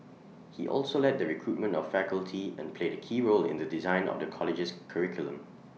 he also led the recruitment of faculty and played A key role in the design of the college's curriculum